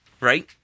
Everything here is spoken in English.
Right